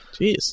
Jeez